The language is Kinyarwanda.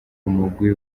umugwi